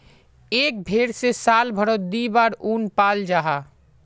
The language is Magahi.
एक भेर से साल भारोत दी बार उन पाल जाहा